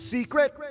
Secret